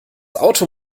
auto